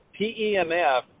PEMF